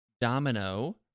Domino